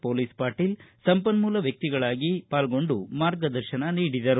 police Patil ಸಂಪನ್ಮೂಲ ವ್ವಕ್ತಿಗಳಾಗಿ ಪಾಲ್ಗೊಂಡು ಮಾರ್ಗದರ್ಶನ ನೀಡಿದರು